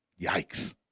Yikes